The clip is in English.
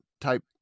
type